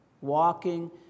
Walking